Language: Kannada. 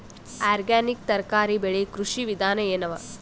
ಆರ್ಗ್ಯಾನಿಕ್ ತರಕಾರಿ ಬೆಳಿ ಕೃಷಿ ವಿಧಾನ ಎನವ?